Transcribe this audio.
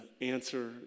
answer